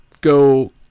go